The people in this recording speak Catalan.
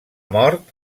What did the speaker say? mort